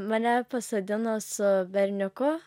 mane pasodino su berniuku